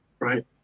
right